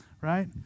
Right